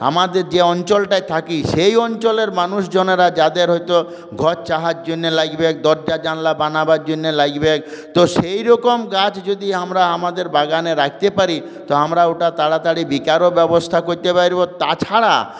আমাদের যে অঞ্চলটায় থাকি সেই অঞ্চলের মানুষজনেরা যাদের হয়তো ঘর চাহার জন্য লাগবে দরজা জানলা বানাবার জন্য লাগবে তো সেইরকম গাছ যদি আমরা আমাদের বাগানে রাখতে পারি তো আমরা ওটা তাড়াতাড়ি বিকারও ব্যবস্থা করতে পারবো তাছাড়া